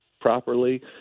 properly